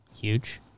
Huge